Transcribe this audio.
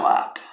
up